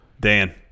Dan